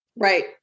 Right